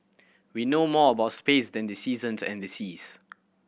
we know more about space than the seasons and the seas